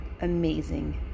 amazing